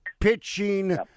pitching